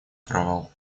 провал